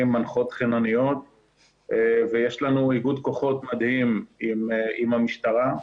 מנחות חינניות ויש לנו איגוד כוחות מדהים עם המשטרה,